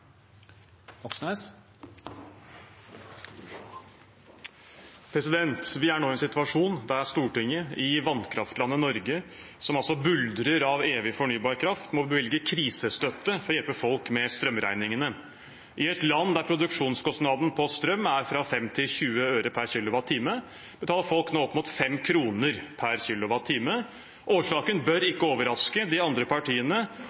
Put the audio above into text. Vi er nå i en situasjon der Stortinget, i vannkraftlandet Norge, som altså buldrer av evig fornybar kraft, må bevilge krisestøtte for å hjelpe folk med strømregningene. I et land der produksjonskostnaden på strøm er fra 5 til 20 øre per kilowattime, betaler folk nå opp mot 5 kr per kilowattime. Årsaken bør ikke overraske: De andre partiene